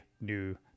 New